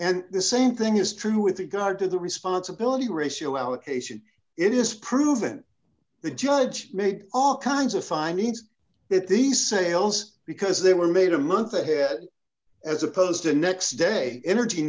and the same thing is true with regard to the responsibility ratio allocation it is proven the judge made all kinds of finance it these sales because they were made a month ahead as opposed to next day energy